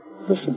listen